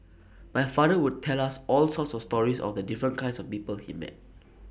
my father would tell us all sorts of stories of the different kinds of people he met